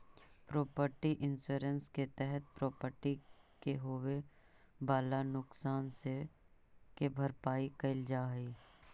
property insurance के तहत property के होवेऽ वाला नुकसान के भरपाई कैल जा हई